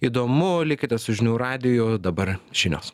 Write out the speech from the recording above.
įdomu likite su žinių radiju dabar žinios